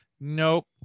nope